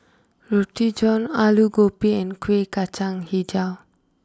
Roti John Aloo Gobi and Kuih Kacang Hijau